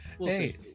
Hey